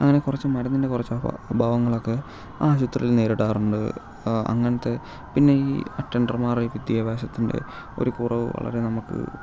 അങ്ങനെ കുറച്ച് മരുന്നിൻ്റെ കുറച്ച് അഭാ അഭാവങ്ങളൊക്കെ ആശുപത്രിയിൽ നേരിടാറുണ്ട് അങ്ങനത്തെ പിന്നെ ഈ അറ്റൻഡർമാരുടെ ഈ വിദ്യാഭ്യാസത്തിൻ്റെ ഒരു കുറവ് വളരെ നമുക്ക്